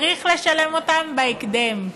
צריך לשלם אותם בהקדם.